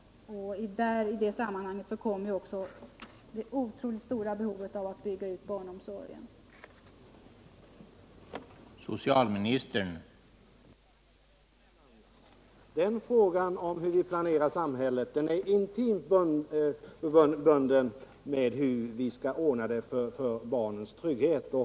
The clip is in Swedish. Det är i det sammanhanget som det otroligt stora behovet av att bygga ut barnomsorgen kommer in i bilden.